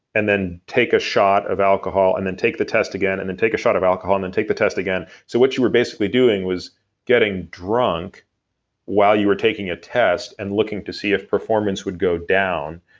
and then take a shot of alcohol, and then take the test again, and then take a shot of alcohol, and then take the test again. so what you were basically doing was getting drunk while you were taking a test, and looking to see if performance would go down.